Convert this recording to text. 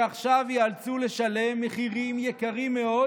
שעכשיו ייאלצו לשלם מחירים יקרים מאוד